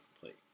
plate